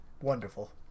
wonderful